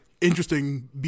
interesting